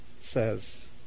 says